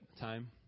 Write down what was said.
time